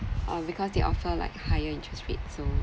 uh because they offer like higher interest rate so